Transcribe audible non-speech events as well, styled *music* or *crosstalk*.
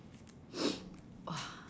*noise*